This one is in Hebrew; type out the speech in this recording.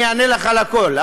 אני אענה לך על הכול.